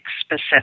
specific